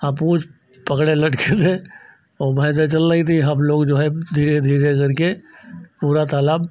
हाँ पूँछ पकड़े लटके थे और भैंसें चल रही थी हम लोग जो है धीरे धीरे करके पूरा तालाब